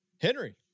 Henry